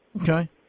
Okay